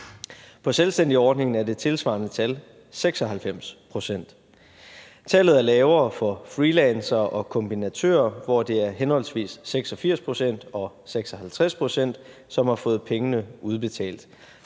På selvstændigordningen er det tilsvarende tal 96 pct. Tallet er lavere for freelancere og kombinatører, hvor det er henholdsvis 86 pct. og 56 pct., som har fået pengene udbetalt.